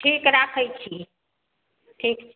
ठीक राखै छी ठीक